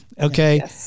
Okay